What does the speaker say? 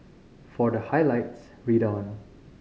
for the highlights read on